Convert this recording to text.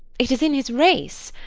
it is in his race.